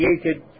created